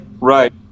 Right